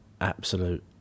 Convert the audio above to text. absolute